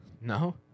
No